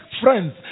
friends